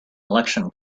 election